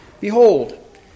Behold